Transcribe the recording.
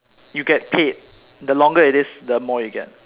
you get paid the longer it is the more you get